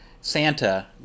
Santa